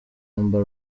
amber